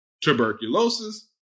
tuberculosis